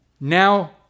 Now